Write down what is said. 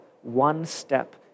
one-step